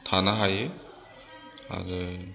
थानो हायो आरो